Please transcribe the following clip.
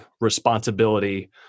responsibility